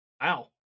Wow